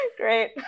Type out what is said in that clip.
Great